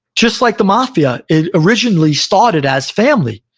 just like the mafia. it originally started as family.